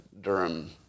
Durham